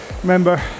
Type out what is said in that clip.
remember